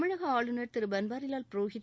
தமிழக ஆளுநர் திரு பன்வாரிவால் புரோஹித்